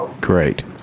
Great